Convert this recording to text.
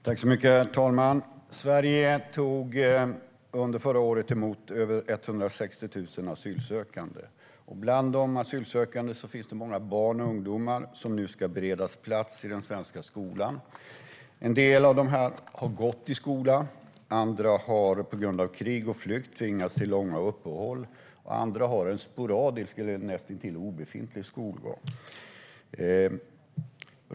Herr talman! Sverige tog under förra året emot över 160 000 asylsökande. Bland de asylsökande finns det många barn och ungdomar som nu ska beredas plats i den svenska skolan. En del av dem har gått i skolan, en del har på grund av krig och flykt tvingats till långa uppehåll och en del har haft en sporadisk eller näst intill obefintlig skolgång.